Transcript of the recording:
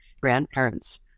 grandparents